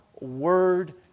word